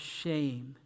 shame